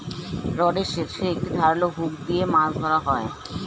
রডের শেষে একটি ধারালো হুক দিয়ে মাছ ধরা হয়